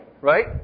Right